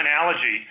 analogy